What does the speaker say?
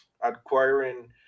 acquiring